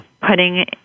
putting